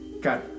got